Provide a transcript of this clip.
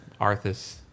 Arthas